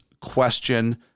question